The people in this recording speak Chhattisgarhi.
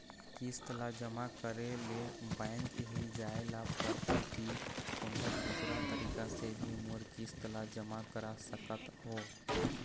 किस्त ला जमा करे ले बैंक ही जाए ला पड़ते कि कोन्हो दूसरा तरीका से भी मोर किस्त ला जमा करा सकत हो?